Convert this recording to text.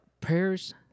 prayers